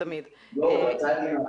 בחינת החלטת ממשלה --- יכולה להיות רלוונטית.